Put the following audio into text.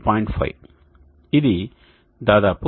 5 ఇది దాదాపు 48